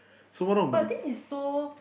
so one of the